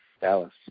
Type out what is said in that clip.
Dallas